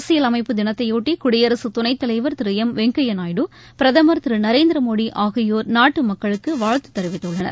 அரசியல் அமைப்பு தினத்தையொட்டி குடியரசுத் துணைத்தலைவா் திரு எம் வெங்கையா நாயுடு பிரதமர் திரு நரேந்திரமோடி ஆகியோர் நாட்டு மக்களுக்கு வாழ்த்து தெரிவித்துள்ளனர்